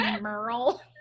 Merle